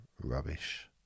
rubbish